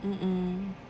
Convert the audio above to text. mm mm